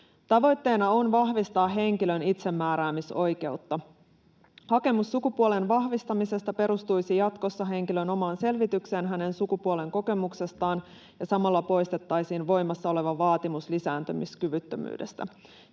Tavoitteena on vahvistaa henkilön itsemääräämisoikeutta. Hakemus sukupuolen vahvistamisesta perustuisi jatkossa henkilön omaan selvitykseen hänen sukupuolen kokemuksestaan, ja samalla poistettaisiin voimassa oleva vaatimus lisääntymiskyvyttömyydestä,